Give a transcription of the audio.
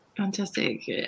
Fantastic